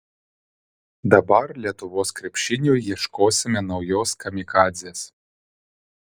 dabar lietuvos krepšiniui ieškosime naujos kamikadzės